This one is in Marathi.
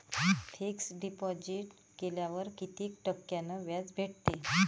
फिक्स डिपॉझिट केल्यावर कितीक टक्क्यान व्याज भेटते?